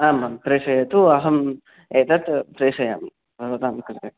आम् आं प्रेषयतु अहम् एतत् प्रेषयामि भवतां कृते